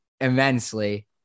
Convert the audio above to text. immensely